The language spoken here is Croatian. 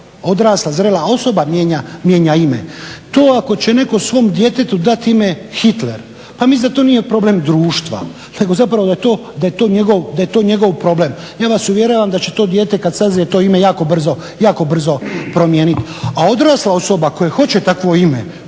odrasla zrela osoba, mijenja ime. To ako će neko svom djetetu dati ime Hitler, pa mislim da to nije problem društva nego zapravo da je to njegov problem. Ja vas uvjeravam da će to dijete kad sazrije, to ime jako brzo promijenit. A odrasla osoba koja hoće takvo ime,